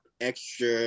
extra